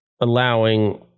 allowing